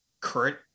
current